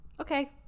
Okay